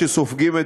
שסופגים,